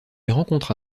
rencontra